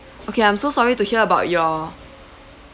okay I'm so sorry to hear about your